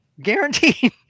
Guaranteed